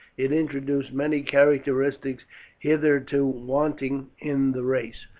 it introduced many characteristics hitherto wanting in the race,